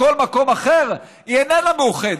בכל מקום אחר היא איננה מאוחדת,